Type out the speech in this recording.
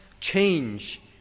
change